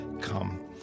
come